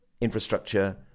infrastructure